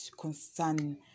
concern